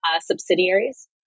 subsidiaries